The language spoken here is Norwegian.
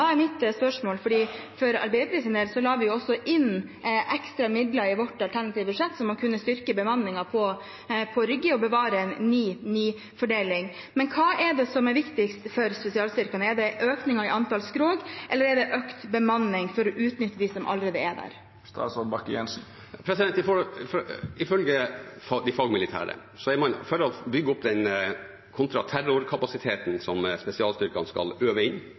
For Arbeiderpartiets del la vi inn ekstra midler i vårt alternative budsjett, slik at man kunne styrke bemanningen på Rygge og bevare en 9–9-fordeling. Men hva er det som er viktigst for spesialstyrkene, er det en økning i antallet skrog, eller er det en økt bemanning for å utnytte dem som allerede er der? Ifølge de fagmilitære er man, for å bygge opp den kontraterrorkapasiteten som spesialstyrkene skal øve inn,